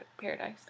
Paradise